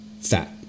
fat